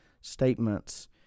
statements